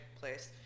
place